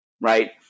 right